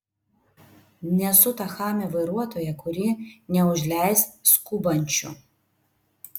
nesu ta chamė vairuotoja kuri neužleis skubančių